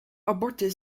abortus